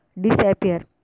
disappear